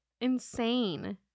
insane